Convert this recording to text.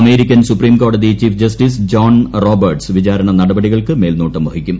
American സുപ്രീംകോടതി chief justice John Roberts വിചാരണ നടപടികൾക്ക് മേൽനോട്ടം വഹിക്കും